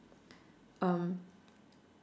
um